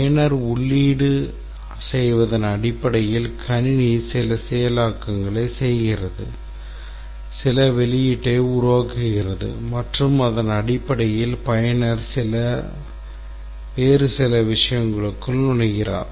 பயனர் உள்ளீடு செய்வதன் அடிப்படையில் கணினி சில செயலாக்கங்களை செய்கிறது சில வெளியீட்டை உருவாக்குகிறது மற்றும் அதன் அடிப்படையில் பயனர் வேறு சில விஷயங்களுக்குள் நுழைகிறார்